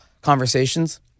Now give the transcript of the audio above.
conversations